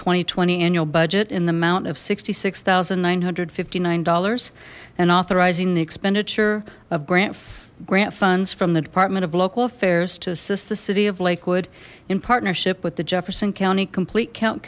and twenty annual budget in the amount of sixty six thousand nine hundred fifty nine dollars and authorizing the expenditure of grant grant funds from the department of local affairs to assist the city of lakewood in partnership with the jefferson county complete count